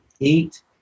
eight